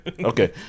Okay